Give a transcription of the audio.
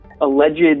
alleged